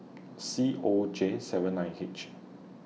C O J seven nine H